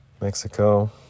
Mexico